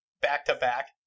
back-to-back